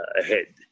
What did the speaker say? Ahead